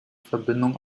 verbindung